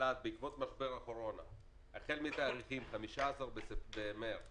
לחל"ת בעקבות משבר הקורונה החל מתאריך 15 במרץ